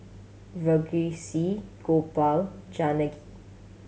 Verghese Gopal Janaki